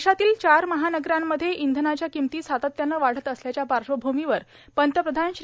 देशातील चार महानगरांमध्ये इंधनाच्या किमती सातत्याने वाढत असल्याच्या पार्श्वभूमीवर पंतप्रधान श्री